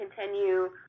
Continue